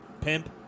pimp